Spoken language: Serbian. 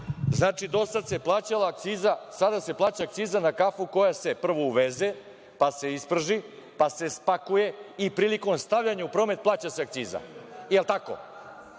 Znači, do sad se plaćala akciza, sada se plaća akciza na kafu koja se prvo uveze, pa se isprži, pa se spakuje i prilikom stavljanja u promet plaća se akciza. Jel tako?